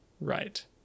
Right